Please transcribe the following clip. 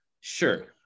Sure